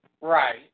Right